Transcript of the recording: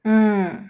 mm